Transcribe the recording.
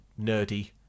nerdy